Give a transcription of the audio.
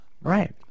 Right